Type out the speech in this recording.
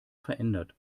verändert